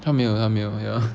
他没有他没有 ya